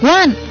one